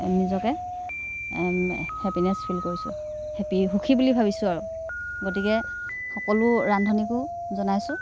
নিজকে happiness feel কৰিছোঁ happy সুখী বুলি ভাবিছোঁ আৰু গতিকে সকলো ৰান্ধনিকো জনাইছোঁ